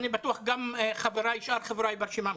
אני בטוח גם שאר חבריי ברשימה המשותפת.